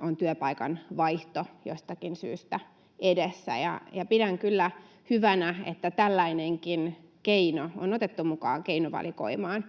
on työpaikan vaihto jostakin syystä edessä — ja pidän kyllä hyvänä sitä, että tällainenkin keino on otettu mukaan keinovalikoimaan,